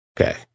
Okay